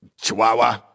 Chihuahua